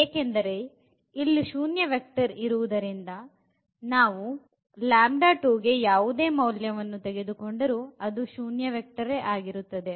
ಏಕೆಂದರೆ ಇಲ್ಲಿ ಶೂನ್ಯ ವೆಕ್ಟರ್ ಇರಿವುದರಿಂದ ನಾವು ಗೆ ಯಾವುದೇ ಮೌಲ್ಯವನ್ನು ತೆಗೆದುಕೊಂಡರೂ ಅದು ಶೂನ್ಯ ವೆಕ್ಟರ್ ಆಗಿರುತ್ತದೆ